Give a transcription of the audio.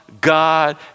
God